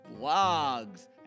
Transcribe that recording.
blogs